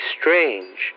strange